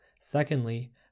Secondly